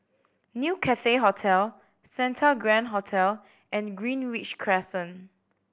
New Cathay Hotel Santa Grand Hotel and Greenridge Crescent